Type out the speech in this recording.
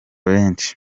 benshi